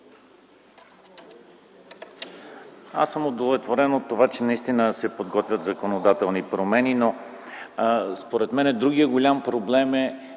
Аз съм удовлетворен от това, че наистина се подготвят законодателни промени, но според мен, другият голям проблем е